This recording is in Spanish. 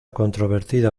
controvertida